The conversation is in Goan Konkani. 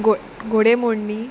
घो घोडे